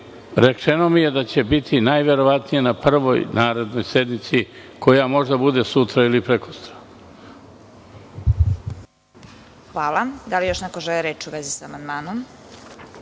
rečeno mi je da će biti najverovatnije na prvoj narednoj sednici koja može da bude sutra ili prekosutra. **Vesna Kovač** Hvala. Da li još neko želi reč u vezi sa amandmanom?